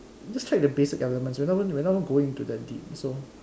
just check the basic elements we're not even we're not even going into that deep so